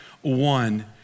one